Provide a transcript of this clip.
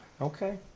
Okay